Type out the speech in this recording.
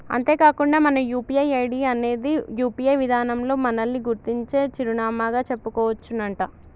అంతేకాకుండా మన UPI ID అనేది యూ.పీ.ఐ విధానంలో మనల్ని గుర్తించే చిరునామాగా చెప్పుకోవచ్చునంట